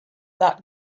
that